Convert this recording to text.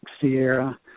Sierra